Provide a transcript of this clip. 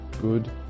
good